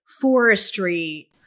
forestry